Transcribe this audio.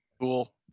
Cool